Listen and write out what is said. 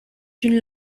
une